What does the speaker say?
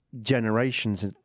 generations